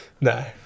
no